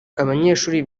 abanyeshuri